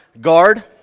guard